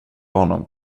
honom